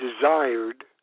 desired